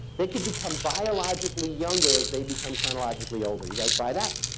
they could become biologically younger as they become chronologically older. you guys buy that?